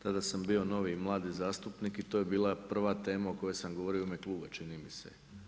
Tada sam bio novi i mladi zastupnik i to je bila prva tema o kojoj sam govorio u ime kluba čini mi se.